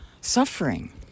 suffering